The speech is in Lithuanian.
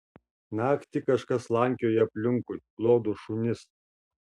naktį kažkas slankioja aplinkui lodo šunis